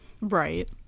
right